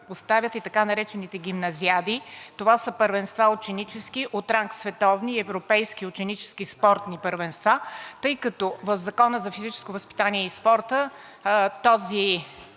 оставят и така наречените гимназиади. Това са ученически първенства от ранг световни и европейски ученически спортни първенства, тъй като в Закона за физическото възпитание и спорта това